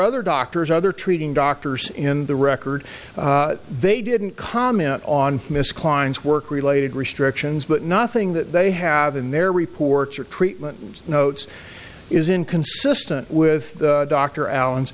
other doctors other treating doctors in the record they didn't comment on miss klein's work related restrictions but nothing that they have in their reports or treatment notes is inconsistent with dr allen's